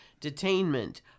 Detainment